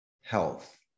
health